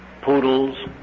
Poodles